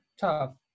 tough